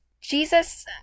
Jesus